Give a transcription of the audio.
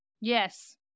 Yes